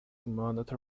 monitor